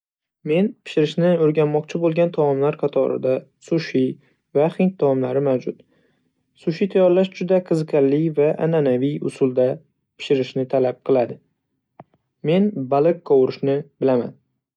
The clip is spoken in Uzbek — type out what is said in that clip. Men pishirishni o'rganmoqchi bo'lgan taomlar qatorida sushi va hind taomlari mavjud. Sushi tayyorlash juda qiziqarli va an'anaviy usulda pishirishni talab qiladi. Men baliq qovurishni bilaman.